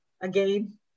Again